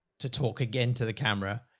to talk again to the camera,